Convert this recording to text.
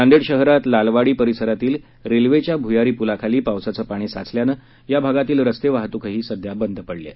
नांदेड शहरात लालवाडी परिसरातील रेल्वेच्या भुयारी पुलाखाली पावसाचे पाणी साचल्यामूळे या भागातील रस्ते वाहतूक सध्या बंद पडली आहे